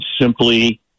simply